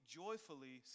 joyfully